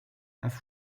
have